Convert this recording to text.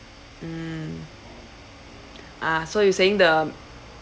mm ah so you saying the